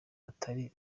atari